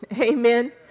Amen